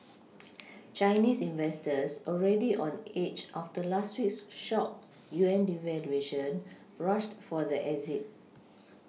Chinese investors already on edge after last week's shock yuan devaluation rushed for the exit